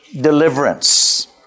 deliverance